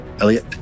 Elliot